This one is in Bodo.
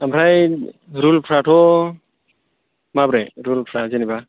ओमफ्राय रुलफ्राथ' माब्रै रुलफ्रा जेनेबा